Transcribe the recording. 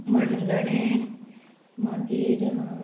मणगणें मागीर